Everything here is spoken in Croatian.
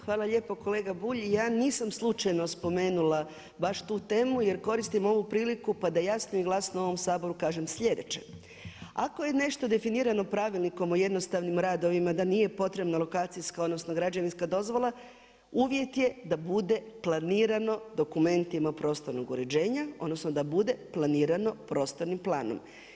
Hvala lijepo kolega Bulj, ja nisam slučajno spomenula baš tu temu, jer koristim ovu priliku, pa da glasno i jasno u ovom Saboru kažem slijedeće, ako je nešto definirano Pravilnikom o jednostavnim radovima da nije potrebno lokacijska, odnosno, građevinska dozvola, uvjet je da bude planirano dokumentima prostornog uređenja, odnosno, da bude planirano prostornim planom.